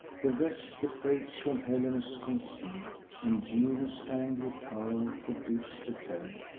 the rest the fates from helenus conceal, and juno's angry pow'r forbids to tell.